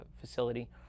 facility